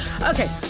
Okay